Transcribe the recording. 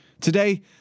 Today